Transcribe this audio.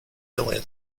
earlier